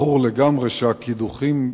ברור לגמרי שהקידוחים,